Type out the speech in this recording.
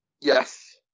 Yes